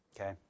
Okay